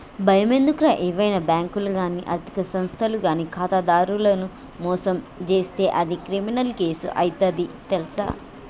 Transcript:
బయమెందుకురా ఏవైనా బాంకులు గానీ ఆర్థిక సంస్థలు గానీ ఖాతాదారులను మోసం జేస్తే అది క్రిమినల్ కేసు అయితది తెల్సా